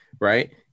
Right